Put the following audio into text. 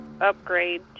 upgrade